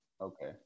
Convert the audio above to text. Okay